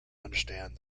understand